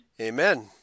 Amen